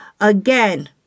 Again